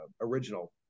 original